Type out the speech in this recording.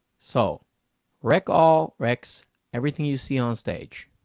so rec all recs everything you see on stage.